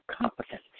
competence